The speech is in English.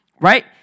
right